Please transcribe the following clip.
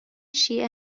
شیعه